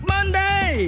Monday